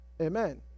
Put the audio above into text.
Amen